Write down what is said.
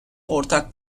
ortak